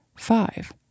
five